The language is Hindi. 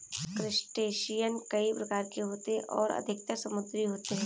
क्रस्टेशियन कई प्रकार के होते हैं और अधिकतर समुद्री होते हैं